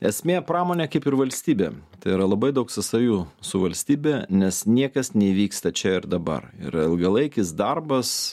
esmė pramonė kaip ir valstybė tai yra labai daug sąsajų su valstybe nes niekas neįvyksta čia ir dabar ir ilgalaikis darbas